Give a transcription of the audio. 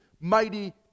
mighty